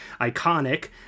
iconic